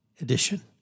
edition